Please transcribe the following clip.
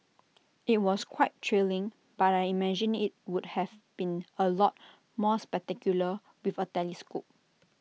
IT was quite thrilling but I imagine IT would have been A lot more spectacular with A telescope